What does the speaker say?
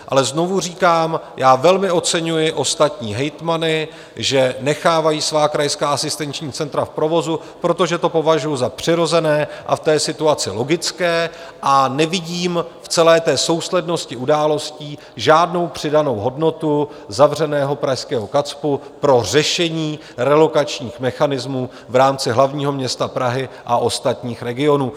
Ale znovu říkám, já velmi oceňuji ostatní hejtmany, že nechávají svá krajská asistenční centra v provozu, protože to považuji za přirozené a v té situaci logické, a nevidím v celé té souslednosti událostí žádnou přidanou hodnotu zavřeného pražského KACPU pro řešení relokačních mechanismů v rámci hlavního města Prahy a ostatních regionů.